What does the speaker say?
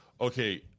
okay